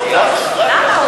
למה?